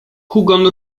hugon